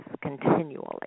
continually